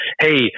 Hey